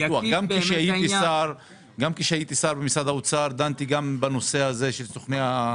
גם כשהייתי שר במשרד האוצר דנתי בנושא הזה של סוכני הביטוח.